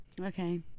Okay